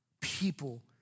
people